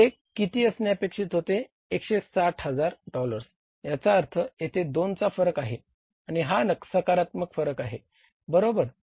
ते किती असणे अपेक्षित होते 160000 डॉलर्स याचा अर्थ येथे 2 चा फरक आहे आणि हा सकारात्मक फरक आहे बरोबर